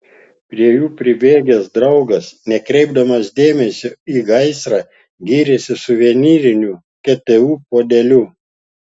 prie jų pribėgęs draugas nekreipdamas dėmesio į gaisrą gyrėsi suvenyriniu ktu puodeliu